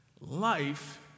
Life